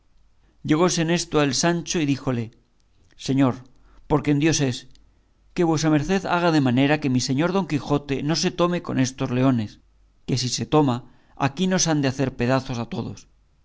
esto a él sancho y díjole señor por quien dios es que vuesa merced haga de manera que mi señor don quijote no se tome con estos leones que si se toma aquí nos han de hacer pedazos a todos